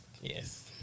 Yes